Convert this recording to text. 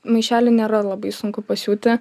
maišelį nėra labai sunku pasiūti